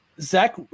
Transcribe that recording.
Zach